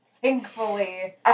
thankfully